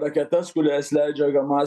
raketas kurias leidžia hamas